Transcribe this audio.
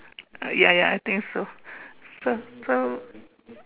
ya ya I think so so